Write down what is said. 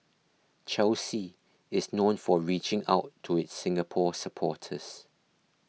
Chelsea is known for reaching out to its Singapore supporters